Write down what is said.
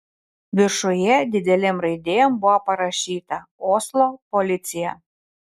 viršuje didelėm raidėm buvo parašyta oslo policija